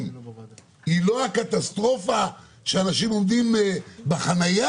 היא לא הקטסטרופה שאנשים עומדים בחניה,